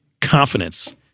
Confidence